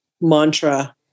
mantra